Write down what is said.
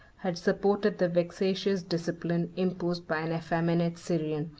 had supported the vexatious discipline imposed by an effeminate syrian,